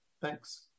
Thanks